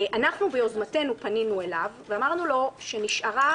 ביוזמתנו פנינו אליו ואמרנו לו שנשארה